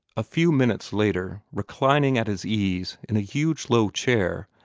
a few minutes later, reclining at his ease in a huge low chair,